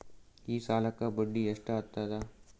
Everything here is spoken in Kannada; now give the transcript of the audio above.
ಈ ಸಾಲಕ್ಕ ಬಡ್ಡಿ ಎಷ್ಟ ಹತ್ತದ?